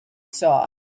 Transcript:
saw